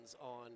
on